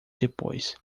depois